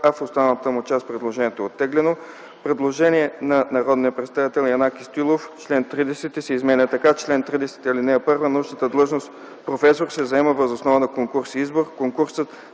а в останалата му част предложението е оттеглено. Предложение на народния представител Янаки Стоилов – чл. 30 се изменя така: „Чл. 30. (1) Научната длъжност „професор” се заема въз основа на конкурс и избор.